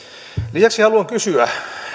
lisäksi haluan kysyä